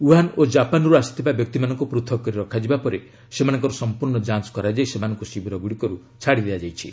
Wuhan ଓ ଜାପାନ୍ରୁ ଆସିଥିବା ବ୍ୟକ୍ତିମାନଙ୍କୁ ପୂଥକ କରି ରଖାଯିବା ପରେ ସେମାନଙ୍କର ସମ୍ପର୍ଶ୍ଣ ଯାଞ୍ଚ କରାଯାଇ ସେମାନଙ୍କୁ ଶିବିରଗୁଡ଼ିକରୁ ଛାଡ଼ି ଦିଆଯାଇଛି